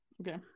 okay